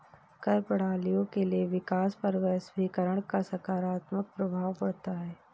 कर प्रणालियों के विकास पर वैश्वीकरण का सकारात्मक प्रभाव पढ़ता है